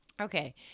Okay